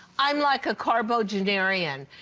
i am like a carbo gin area. and